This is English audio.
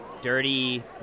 dirty